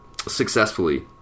successfully